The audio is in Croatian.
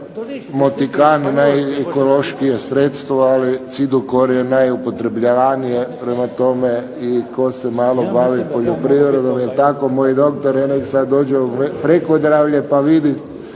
motikan najekološkije sredstvo, ali Cidukor je najupotrebljenije, prema tome tko se malo bavi poljoprivredom. Jel tako moj doktore? Neka dođe u prekodravlje pa vidi